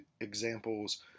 examples